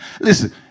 Listen